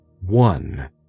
One